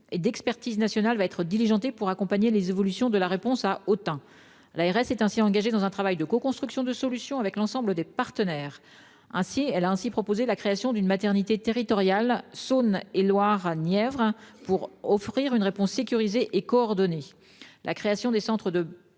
et d'expertise nationale va être diligentée pour accompagner les évolutions de la réponse à Autun. L'ARS s'est ainsi engagée dans un travail de coconstruction de solutions avec l'ensemble des partenaires. Aussi, elle a proposé de créer une maternité territoriale « Saône-et-Loire Nièvre » pour offrir une réponse sécurisée et coordonnée, et des centres de